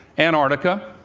antarctica.